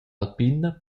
alpina